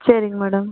சரிங்க மேடம்